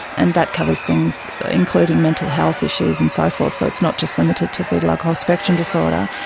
and that covers things including mental health issues and so forth, so it's not just limited to foetal alcohol spectrum disorder.